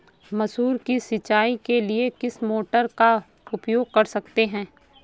मसूर की सिंचाई के लिए किस मोटर का उपयोग कर सकते हैं?